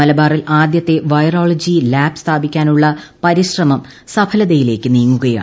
മലബാറ്റിൽ ആദ്യത്തെ virology lab സ്ഥാപിക്കാനുള്ള പരിശ്രിമും സഫലതയിലേക്ക് നീങ്ങുകയാണ്